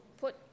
put